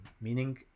meaning